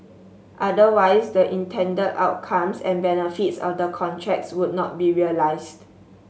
otherwise the intended outcomes and benefits of the contracts would not be realised